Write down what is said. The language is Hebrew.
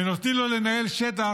ונותנים לו לנהל שטח,